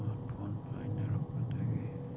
smart phone ꯄꯥꯏꯅꯔꯛꯄꯗꯒꯤ